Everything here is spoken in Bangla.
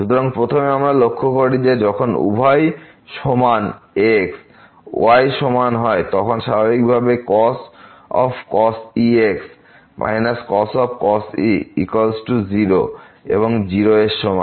সুতরাং প্রথমে আমরা লক্ষ্য করি যে যখন উভয় সমান x y সমান হয় তখন স্বাভাবিকভাবেই এই cos ex cos e ছিল 0 এবং 0 এর সমান